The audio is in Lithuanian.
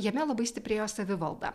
jame labai stiprėjo savivalda